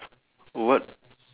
what